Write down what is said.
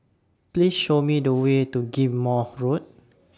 Please Show Me The Way to Ghim Moh Road